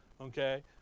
Okay